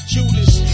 Judas